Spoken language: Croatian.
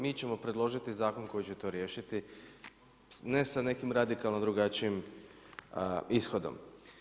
Mi ćemo predložiti zakon koji će to riješiti ne sa nekim radikalno drugačijim ishodom.